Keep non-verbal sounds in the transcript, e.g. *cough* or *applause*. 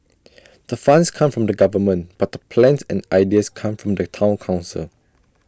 *noise* the funds come from the government but the plans and ideas come from the Town Council